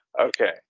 Okay